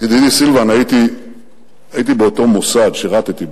ידידי סילבן, הייתי באותו מוסד, שירתתי בו,